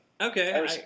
Okay